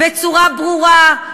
בצורה ברורה,